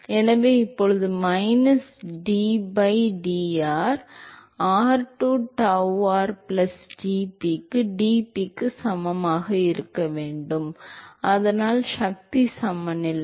எனவே இப்போது minus d by dr r to tau r plus dp க்கு dp க்கு சமமாக இருக்க வேண்டும் அதனால் சக்தி சமநிலை